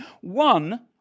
One